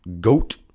GOAT